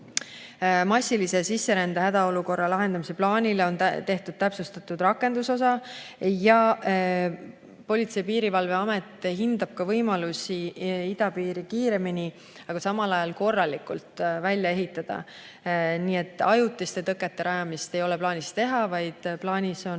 Massilise sisserände hädaolukorra lahendamise plaanile on tehtud täpsustatud rakendusosa. Politsei- ja Piirivalveamet hindab ka võimalusi idapiiri kiiremini, aga samal ajal korralikult välja ehitada. Nii et ajutiste tõkete rajamist ei ole plaanis, vaid plaanis on